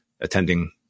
attending